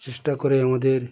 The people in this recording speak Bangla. চেষ্টা করে আমাদের